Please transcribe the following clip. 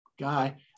guy